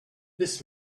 this